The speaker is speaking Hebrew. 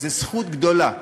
זו זכות גדולה.